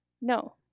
No